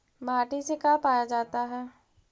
माटी से का पाया जाता है?